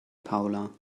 paula